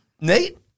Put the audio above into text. Nate